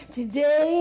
Today